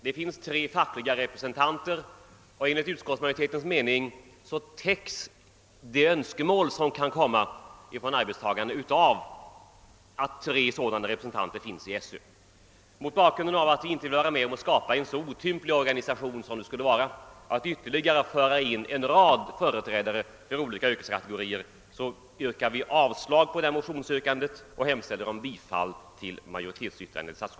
Det sitter där tre fackliga representanter, och enligt utskottsmajoritetens mening täcks de önskemål som kan komma från arbetstagarna av att dessa tre finns med i styrelsen. Mot bakgrunden av att vi inte vill vara med om att skapa en så otymplig organisation som skulle uppkomma, om det i skolöverstyrelsen fördes in ytterligare en rad företrädare för olika yrkeskategorier yrkar vi avslag på motionen, och jag hemställer om bifall till utskottets förslag.